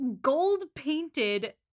gold-painted